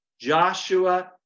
joshua